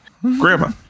Grandma